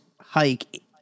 hike